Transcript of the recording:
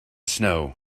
snow